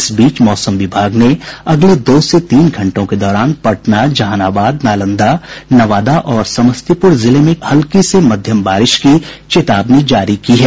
इस बीच मौसम विभाग ने अगले दो से तीन घंटों के दौरान पटना जहानाबाद नालंदा नवादा और समस्तीपुर जिलों के कुछ हिस्सों में हल्की से मध्यम बारिश की चेतावनी जारी की है